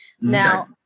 Now